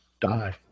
die